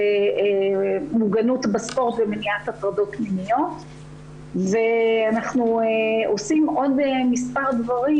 מוגנות בספורט ומניעת הטרדות מיניות ואנחנו עושים עוד מספר דברים